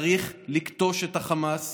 צריך לכתוש את החמאס.